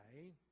right